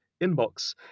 inbox